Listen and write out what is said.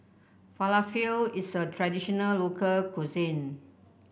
falafel is a traditional local cuisine